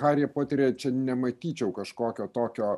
haryje poteryje čia nematyčiau kažkokio tokio